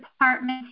Department